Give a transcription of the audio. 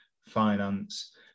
finance